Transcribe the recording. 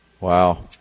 Wow